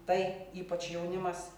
tai ypač jaunimas